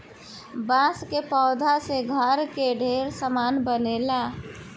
बांस के पौधा से घर के ढेरे सामान बनेला